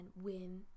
win